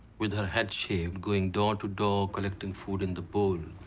with her head shaved, going door to door, collecting food in the bowl.